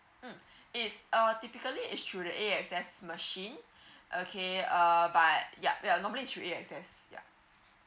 mm it's uh typically is through the A_X_S machine okay err but yup we're normally through A_X_S ya